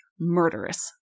murderous